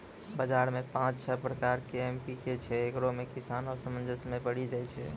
बाजार मे पाँच छह प्रकार के एम.पी.के छैय, इकरो मे किसान असमंजस मे पड़ी जाय छैय?